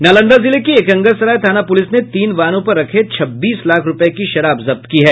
नालंदा जिले के एकंगरसराय थाना पुलिस ने तीन वाहनों पर रखे छब्बीस लाख रूपये की शराब जब्त की है